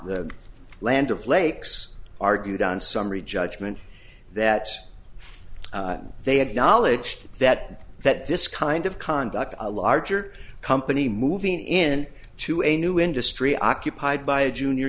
the land of lakes argued on summary judgment that they had knowledge to that that this kind of conduct a larger company moving in to a new industry occupied by a junior